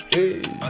Hey